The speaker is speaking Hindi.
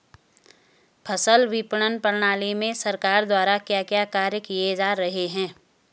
फसल विपणन प्रणाली में सरकार द्वारा क्या क्या कार्य किए जा रहे हैं?